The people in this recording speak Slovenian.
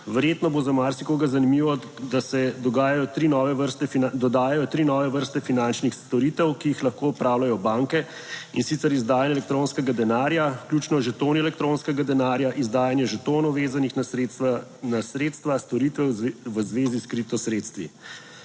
Verjetno bo za marsikoga zanimivo, da se dogajajo tri nove vrste, dodajajo tri nove vrste finančnih storitev, ki jih lahko opravljajo banke in sicer izdajanje elektronskega denarja, vključno z žetoni elektronskega denarja, izdajanje žetonov vezanih na sredstva, na sredstva storitve v zvezi s kripto sredstvi.